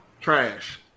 Trash